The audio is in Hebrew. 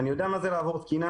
אני יודע מה זה לעבור תקינה,